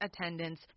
attendance